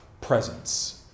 presence